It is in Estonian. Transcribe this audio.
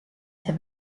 see